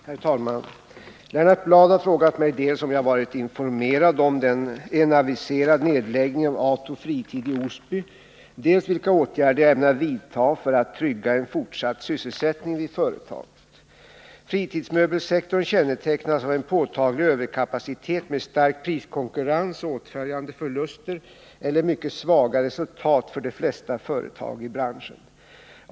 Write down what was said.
Herr talman! Lennart Bladh har frågat mig dels om jag varit informerad om en aviserad nedläggning av Ato Fritid i Osby, dels vilka åtgärder jag ämnar vidtaga för att trygga en fortsatt sysselsättning vid företaget. Fritidsmöbelsektorn kännetecknas av en påtaglig överkapacitet med stark priskonkurrens och åtföljande förluster eller mycket svaga resultat för de flesta företag i branschen.